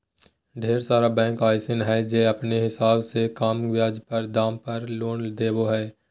ढेर सारा बैंक अइसन हय जे अपने हिसाब से कम ब्याज दर पर लोन देबो हय